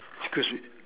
excuse me